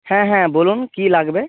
হ্যাঁ হ্যাঁ বলুন কী লাগবে